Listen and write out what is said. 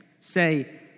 Say